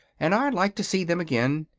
and i'd like to see them again,